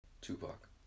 Tupac